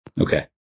Okay